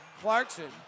Clarkson